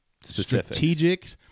strategic